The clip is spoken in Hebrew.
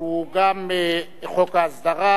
הוא גם חוק ההסדרה,